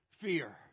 fear